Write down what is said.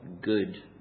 good